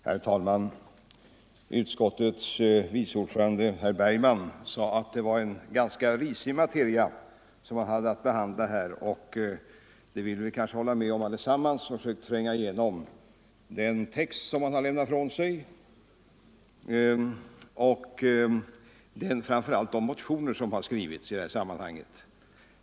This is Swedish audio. Herr talman! Utskottets vice ordförande, herr Bergman i Göteborg, sade att det var en ganska risig materia som man hade att behandla här, och det kanske vi håller med om allesammans som försökt tränga igenom den text man har lämnat ifrån sig och framför allt de motioner som har skrivits i det här sammanhanget.